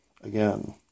again